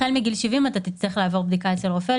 החל מגיל 70 אתה תצטרך לעבור בדיקה אצל רופא,